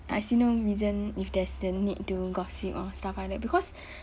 I see no reason if there's the need to gossip or stuff like that because